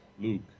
Luke